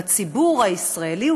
בציבור הישראלי,